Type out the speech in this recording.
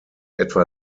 etwa